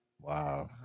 Wow